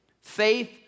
Faith